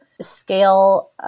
scale